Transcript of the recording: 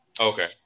Okay